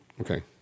Okay